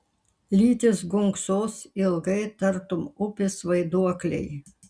lytys gunksos ilgai tartum upės vaiduokliai